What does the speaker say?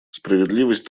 справедливость